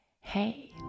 Hey